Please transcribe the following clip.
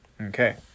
Okay